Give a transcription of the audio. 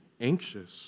anxious